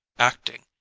acting,